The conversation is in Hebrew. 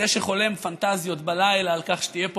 זה שחולם פנטזיות בלילה על כך שתהיה פה